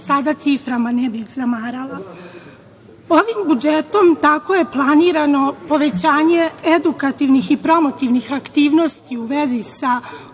sada ciframa ne bih zamarala. Ovim budžetom tako je planirano povećanje edukativnih i promotivnih aktivnosti u vezi sa unapređenjem